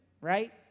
Right